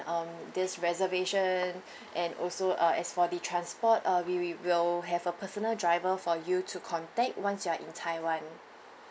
um this reservation and also uh as for the transport uh we we will have a personal driver for you to contact once you're in taiwan